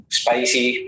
spicy